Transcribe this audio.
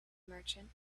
merchant